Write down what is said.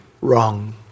wrong